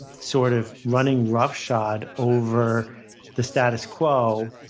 sort of running rough shod over the status quo,